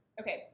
Okay